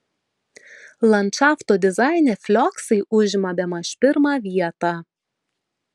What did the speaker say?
landšafto dizaine flioksai užima bemaž pirmą vietą